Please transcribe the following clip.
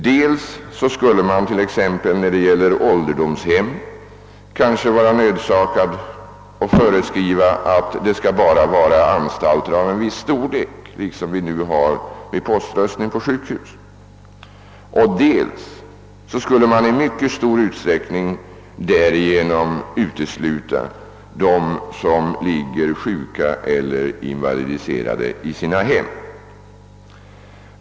Dels skulle man — t.ex. när det gäller åldersdomshem — kanske vara nödsakad att föreskriva att röstning bara skulle förekomma vid anstalter av viss storlek, såsom nu gäller vid poströstning på sjukhus, dels skulle man i mycket stor utsträckning utesluta dem som ligger sjuka eller invalidiserade i sina hem.